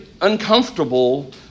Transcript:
uncomfortable